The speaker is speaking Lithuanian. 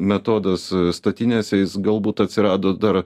metodas statinėse jis galbūt atsirado dar